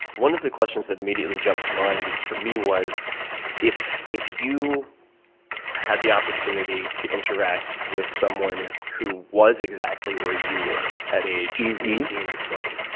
one of the questions that immediately jumped to mind for me was if if you had the opportunity to interact with someone who was exactly where you were at age eighteen or twenty,